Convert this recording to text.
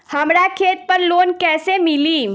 हमरा खेत पर लोन कैसे मिली?